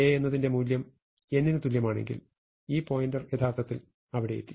j എന്നതിന്റെ മൂല്യം n തുല്യമാണെങ്കിൽ ഈ പോയിന്റർ യഥാർത്ഥത്തിൽ അവിടെ എത്തി